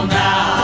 now